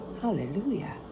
Hallelujah